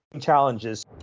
challenges